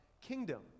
kingdom